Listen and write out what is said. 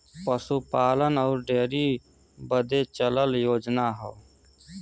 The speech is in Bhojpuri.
पसूपालन अउर डेअरी बदे चलल योजना हौ